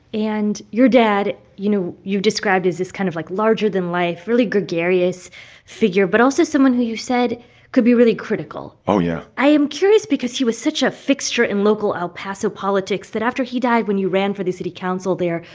and your dad, you know, you've described as this kind of like larger-than-life, really gregarious figure but also someone who you said could be really critical oh, yeah i am curious because he was such a fixture in local el paso politics that, after he died, when you ran for the city council there,